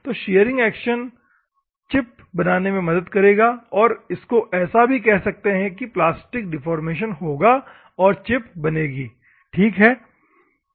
तो shearing action chip बनाने में मदद करेगा और इसको ऐसा भी कहा जाता हैं को प्लास्टिक डिफ़ॉर्मेशन होगा और चिप बनेगी ठीक है